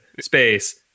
space